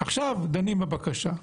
עכשיו דנים בבקשה.